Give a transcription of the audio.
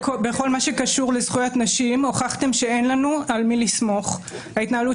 בכל מה שקשור לזכויות נשים הוכחתם לנו שאין לנו על מי לסמוך - ההתנהלות